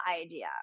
idea